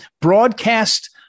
broadcast